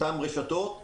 אותן רשתות,